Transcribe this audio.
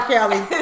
Kelly